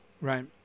Right